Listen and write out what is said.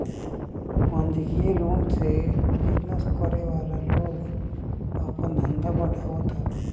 वाणिज्यिक लोन से बिजनेस करे वाला लोग आपन धंधा बढ़ावत हवे